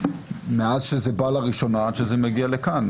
מאז שזה בא לראשונה ועד שזה מגיע לכאן?